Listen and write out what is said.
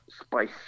spice